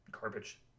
garbage